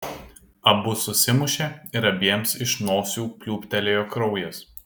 abu susimušė ir abiems iš nosių pliūptelėjo kraujas